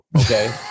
okay